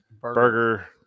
burger